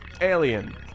Alien